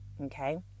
okay